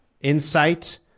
Insight